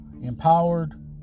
empowered